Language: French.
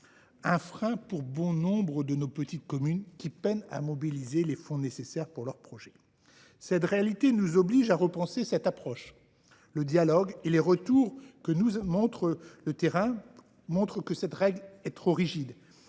un frein pour bon nombre de nos petites communes, qui peinent à mobiliser les fonds nécessaires pour leurs projets. Une telle réalité nous oblige à repenser notre approche. Le dialogue et les retours du terrain nous montrent que la rigidité de cette règle ne fait